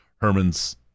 Herman's